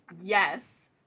Yes